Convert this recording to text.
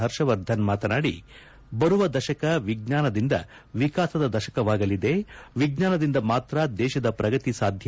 ಹರ್ಷವರ್ಧನ್ ಮಾತನಾದಿ ಬರುವ ದಶಕ ವಿಜ್ಞಾನದಿಂದ ವಿಕಾಸದ ದಶಕವಾಗಲಿದೆ ವಿಜ್ಞಾನದಿಂದ ಮಾತ್ರ ದೇಶದ ಪ್ರಗತಿ ಸಾಧ್ಯ